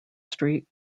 street